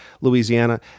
Louisiana